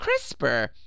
CRISPR